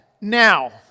now